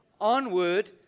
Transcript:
onward